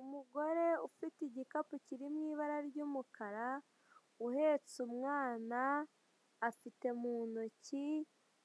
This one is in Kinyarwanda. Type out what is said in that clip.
Umugore ufite igikapu kiri mu ibara ry'umukara, uhetse umwana, afite mu ntoki